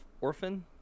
Orphan